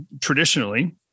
traditionally